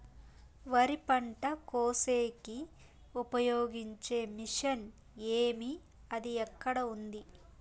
వరి పంట కోసేకి ఉపయోగించే మిషన్ ఏమి అది ఎక్కడ ఉంది?